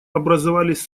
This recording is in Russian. образовались